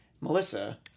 Melissa